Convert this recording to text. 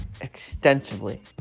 extensively